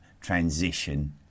transition